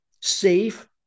safe